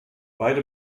beide